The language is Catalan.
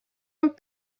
amb